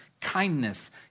kindness